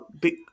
Big